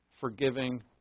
forgiving